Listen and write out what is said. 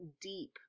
deep